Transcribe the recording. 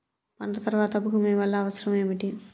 పంట తర్వాత భూమి వల్ల అవసరం ఏమిటి?